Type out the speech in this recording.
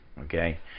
Okay